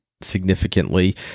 significantly